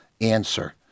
answer